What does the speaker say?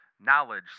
Knowledge